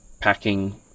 packing